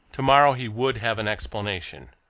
to-morrow he would have an explanation!